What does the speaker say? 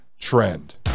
trend